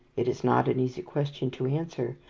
it is not an easy question to answer,